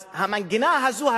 אז המנגינה הזאת,